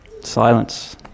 Silence